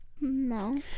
no